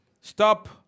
Stop